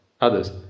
others